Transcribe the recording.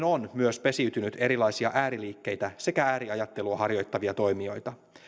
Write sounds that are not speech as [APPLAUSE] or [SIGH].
[UNINTELLIGIBLE] on myös pesiytynyt erilaisia ääriliikkeitä sekä ääriajattelua harjoittavia toimijoita